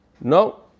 no